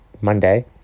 Monday